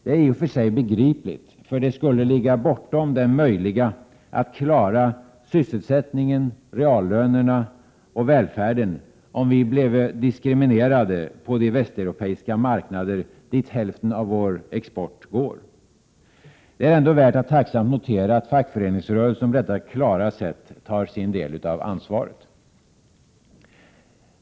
Det är i och för sig begripligt, för det skulle ligga bortom det möjliga att klara sysselsättningen, reallönerna och välfärden, om vi bleve diskriminerade på de västeuropeiska marknader dit hälften av vår export går. Det är ändå värt att tacksamt notera att fackföreningsrörelsen på detta klara sätt tar sin del av ansvaret.